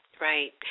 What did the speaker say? right